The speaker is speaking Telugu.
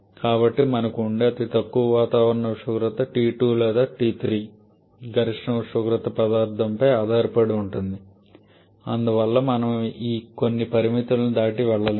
కాబట్టి మనకు ఉండే అతి తక్కువ వాతావరణ ఉష్ణోగ్రత T2 లేదా T3 గరిష్ట ఉష్ణోగ్రత పదార్థం పై ఆధారపడి ఉంటుంది మరియు అందువల్ల మనము కొన్ని పరిమితులను దాటి వెళ్ళలేము